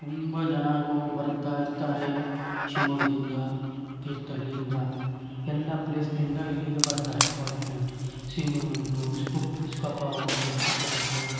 ತುಂಬ ಜನರು ಬರ್ತಾ ಇರ್ತಾರೆ ಶಿವಮೊಗ್ದಿಂದ ತೀರ್ಥಳ್ಳಿ ಇಂದ ಎಲ್ಲ ಪ್ಲೇಸಿನಿಂದ ಇಲ್ಲಿಗೆ ಬರ್ತಾರೆ ಕಾಲೇಜ್ ಸ್ಟೂಡೆಂಟ್ ಉಂಟು ಸ್ಕುಪ್ ಸ್ಕೊಪ್ಪ ಉಂಟು ಸ್ಕೂಬ ಉಂಟು